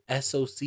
SOC